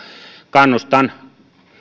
kannustan